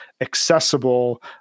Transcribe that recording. accessible